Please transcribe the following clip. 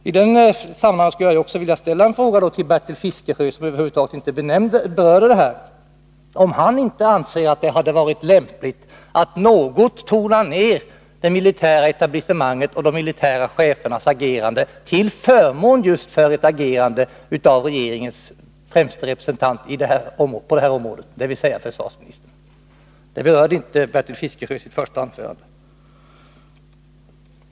I detta sammanhang skulle jag vilja fråga Bertil Fiskesjö, som över huvud taget inte berörde detta, om han inte anser att det hade varit lämpligt att 61 något tona ner det militära etablissemangets och de militära chefernas agerande till förmån för just ett agerande av regeringens främste representant på det här området, dvs. försvarsministern. Det sade Bertil Fiskesjö ingenting om i sitt första anförande.